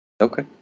Okay